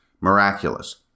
miraculous